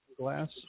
glass